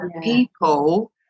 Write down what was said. people